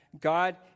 God